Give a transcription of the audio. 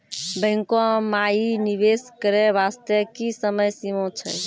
बैंको माई निवेश करे बास्ते की समय सीमा छै?